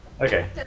Okay